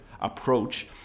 approach